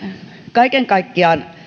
kaiken kaikkiaan